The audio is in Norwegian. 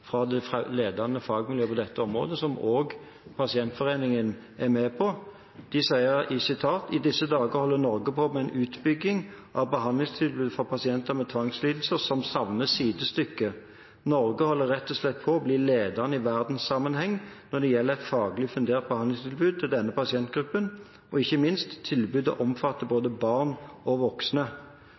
dette området, som også Norsk Pasientforening er med på. De sier: «I disse dager holder Norge på med en utbygging av behandlingstilbudet for pasienter med tvangslidelse som savner sidestykke. Norge holder rett og slett på å bli ledende i verdenssammenheng når det gjelder et faglig fundert behandlingstilbud til denne pasientgruppen. Og, ikke minst: Tilbudet omfatter både barn og voksne.»